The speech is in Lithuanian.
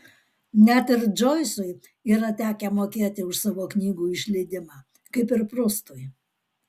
net ir džoisui yra tekę mokėti už savo knygų išleidimą kaip ir prustui